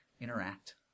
interact